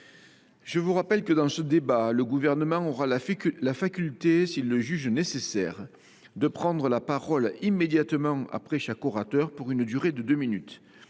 Je vous rappelle que, dans ce débat, le Gouvernement aura la faculté, s’il le juge nécessaire, de prendre la parole immédiatement après chaque orateur pour une durée de deux minutes